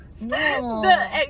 No